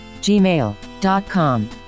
gmail.com